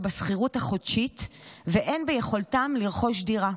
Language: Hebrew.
בשכירות החודשית ואין ביכולתן לרכוש דירה.